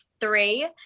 three